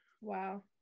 wow